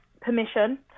permission